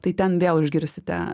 tai ten vėl išgirsite